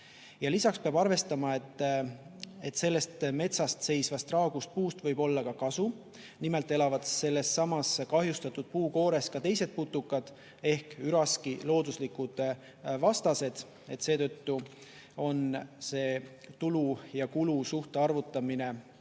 Lisaks peab arvestama, et sellest metsas seisvast raagus puust võib olla ka kasu. Nimelt elavad sellessamas kahjustatud puu koores ka teised putukad ehk üraski looduslikud vastased. Seetõttu on see tulu ja kulu suhte arvutamine oluliselt